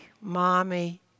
mommy